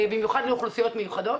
במיוחד לאוכלוסיות מיוחדות.